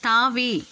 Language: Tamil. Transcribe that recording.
தாவி